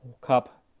Cup